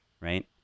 right